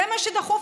זה מה שדחוף?